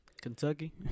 Kentucky